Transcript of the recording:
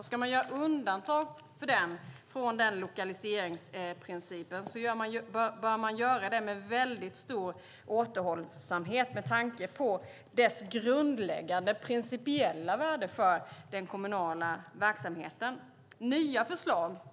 Ska man göra undantag från denna lokaliseringsprincip bör man göra det med väldigt stor återhållsamhet, med tanke på dess grundläggande principiella värde för den kommunala verksamheten.